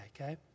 okay